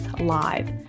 Live